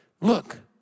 Look